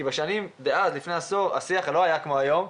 כי בשנים שלפני שהשיח היה כמו היום,